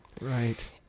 Right